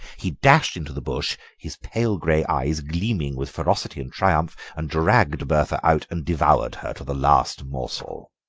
he dashed into the bush, his pale grey eyes gleaming with ferocity and triumph, and dragged bertha out and devoured her to the last morsel.